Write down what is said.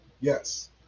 Yes